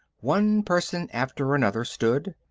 one person after another stood,